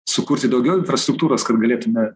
sukurti daugiau infrastruktūros kad galėtume